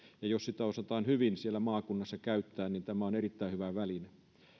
ja jos sitä osataan hyvin siellä maakunnassa käyttää niin tämä on erittäin hyvä väline